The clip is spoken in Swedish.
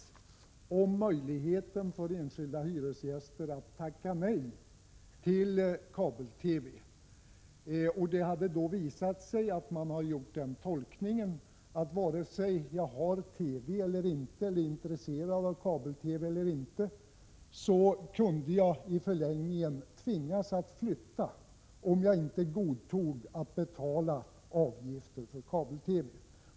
Det gällde möjligheten för enskilda hyresgäster att tacka nej till kabel-TV. Det visade sig att man hade gjort den tolkningen att vare sig jag har TV eller inte — och vare sig jag är intresserad av kabel-TV eller inte — kunde jag i förlängningen tvingas att flytta om jag inte godtog att betala avgiften för kabel-TV.